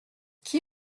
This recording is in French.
qui